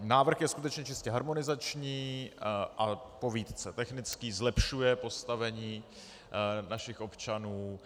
Návrh je skutečně čistě harmonizační a povýtce technický, zlepšuje postavení našich občanů.